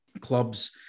clubs